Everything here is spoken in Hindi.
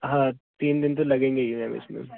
हाँ तीन दिन तो लगेंगे ही मैम इसमें